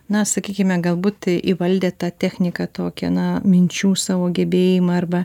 na sakykime galbūt į įvaldė tą techniką tokią na minčių savo gebėjimą arba